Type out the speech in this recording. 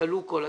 שכלו כל הקיצין.